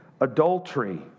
adultery